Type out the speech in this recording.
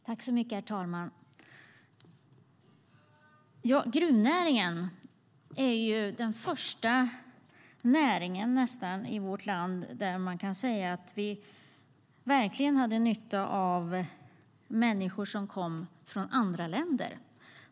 Herr talman! Gruvnäringen är nästan den första näringen i vårt land där man kan säga att vi verkligen hade nytta av människor som kom från andra länder.